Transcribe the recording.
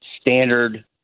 standard